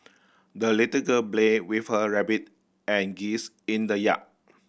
the little girl played with her rabbit and geese in the yard